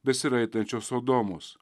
besiraitančios sodomos